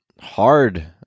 hard